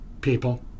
people